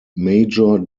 major